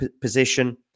position